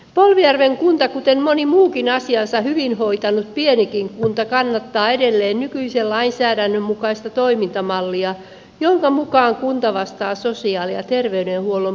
polvijärven kunta kuten moni muukin asiansa hyvin hoitanut pienikin kunta kannattaa edelleen nykyisen lainsäädännön mukaista toimintamallia jonka mukaan kunta vastaa sosiaali ja terveydenhuollon palvelujen järjestämisestä